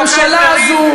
הממשלה הזאת,